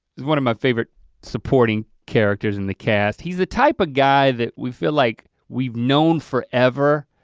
is one of my favorite supporting characters in the cast. he's the type of guy that we feel like we've known forever,